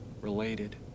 Related